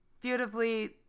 Beautifully